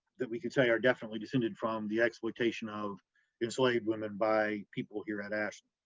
that we could say are definitely descended from the exploitation of enslaved women by people here at ashland,